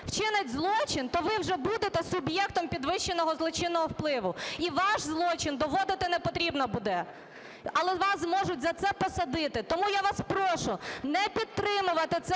вчинить злочин, то ви вже будете суб'єктом підвищеного злочинного впливу, і ваш злочин доводити не потрібно буде, але вас зможуть за це посадити. Тому я вас прошу не підтримувати цей